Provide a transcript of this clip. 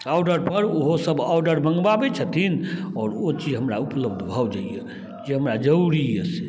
और्डरपर ओहो सभ ऑर्डर मँगबाबै छथिन आओर ओ चीज हमरा उपलब्ध भऽ जाइए जे हमरा जरूरी यऽ से